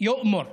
בשפה הערבית,